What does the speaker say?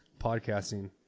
podcasting